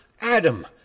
Adam